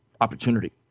opportunity